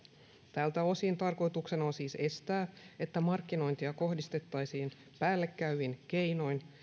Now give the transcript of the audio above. tältä osin tarkoituksena on siis estää että markkinointia kohdistettaisiin päällekäyvin keinoin